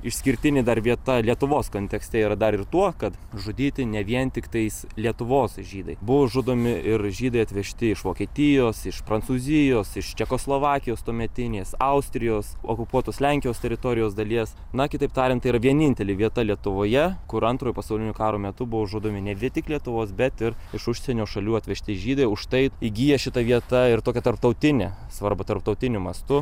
išskirtinė dar vieta lietuvos kontekste yra dar ir tuo kad žudyti ne vien tiktais lietuvos žydai buvo žudomi ir žydai atvežti iš vokietijos iš prancūzijos iš čekoslovakijos tuometinės austrijos okupuotos lenkijos teritorijos dalies na kitaip tariant yra vienintelė vieta lietuvoje kur antrojo pasaulinio karo metu buvo žudomi ne tik lietuvos bet ir iš užsienio šalių atvežti žydai už tai įgyja šita vieta ir tokią tarptautinę svarbą tarptautiniu mastu